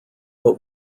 but